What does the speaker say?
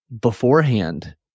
beforehand